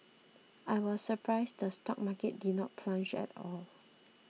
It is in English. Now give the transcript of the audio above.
I was surprised the stock market didn't plunge at all